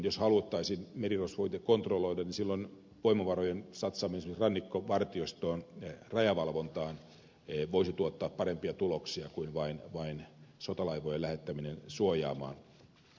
jos haluttaisiin merirosvoja kontrolloida niin silloin voimavarojen satsaaminen rannikkovartiostoon rajavalvontaan voisi tuottaa parempia tuloksia kuin vain sotalaivojen lähettäminen suojaamaan